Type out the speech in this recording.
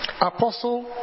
apostle